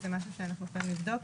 זה משהו שאנחנו חייבים לבדוק.